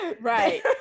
Right